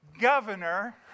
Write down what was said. governor